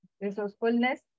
resourcefulness